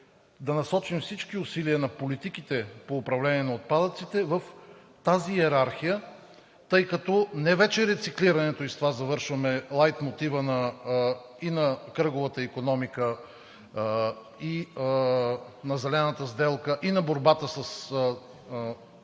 да насочим всички усилия на политиките по управление на отпадъците в тази йерархия, тъй като вече не рециклирането, и с това завършваме, е лайтмотивът и на кръговата икономика, и на зелената сделка, и на борбата с